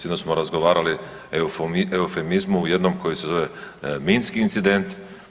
Sinoć smo razgovarati o eufemizmu jednom koji se zove minski incident.